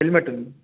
హెల్మెటుంది